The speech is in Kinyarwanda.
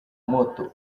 moto